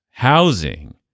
Housing